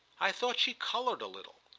i thought she coloured a little.